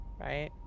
right